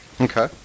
Okay